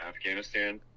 Afghanistan